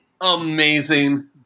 Amazing